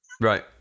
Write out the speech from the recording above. Right